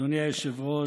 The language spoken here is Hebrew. אדוני היושב-ראש,